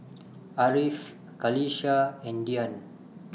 Ariff Qalisha and Dian